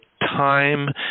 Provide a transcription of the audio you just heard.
time